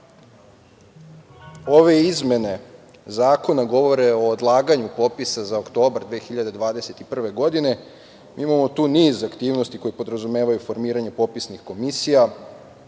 ove izmene zakona govore o odlaganju popisa za oktobar 2021. godine. Imamo tu niz aktivnosti koje podrazumevaju formiranje popisnih komisija,